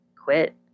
quit